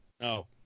No